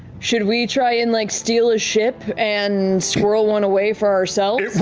should we try and like steal a ship and squirrel one away for ourselves?